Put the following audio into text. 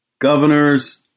Governors